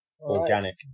Organic